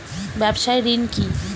ব্যবসায় ঋণ কি?